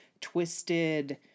twisted